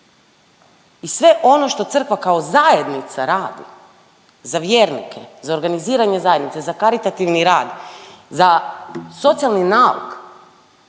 i sve ono što crkva kao zajednica radi za vjernike, za organiziranje zajednice, za karitativni rad, za socijalni nauk,